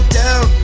down